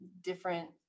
different